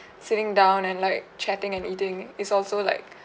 sitting down and like chatting and eating is also like